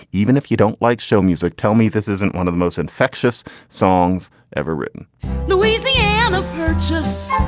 even if you don't like show music, tell me this isn't one of the most infectious songs ever written louisiana just